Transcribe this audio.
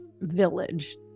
village